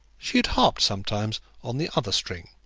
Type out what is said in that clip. she had harped sometimes on the other string.